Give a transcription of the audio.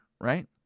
right